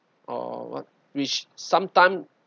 or what which sometime